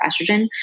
estrogen